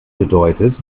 bedeutet